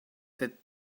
that